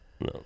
no